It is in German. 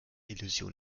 illusion